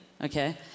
okay